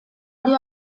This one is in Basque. hori